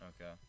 Okay